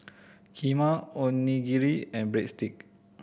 Kheema Onigiri and Breadstick